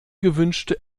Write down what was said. gewünschte